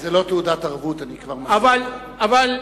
זאת לא תעודת ערבות, אבל לפחות